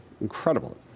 incredible